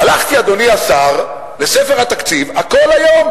הלכתי, אדוני השר, לספר התקציב, הכול היום